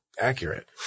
accurate